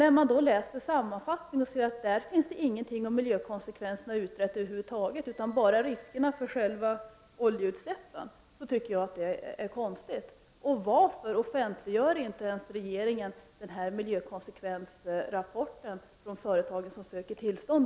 I sammanfattningen sägs över huvud taget ingenting om att miljökonsekvenserna utretts, utan talas bara om riskerna i samband med själva oljeutsläppen. Jag tycker att det är konstigt. Varför vill regeringen i så fall inte ens offentliggöra miljökonsekvensrapporten från det företag som söker tillstånd?